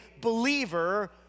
believer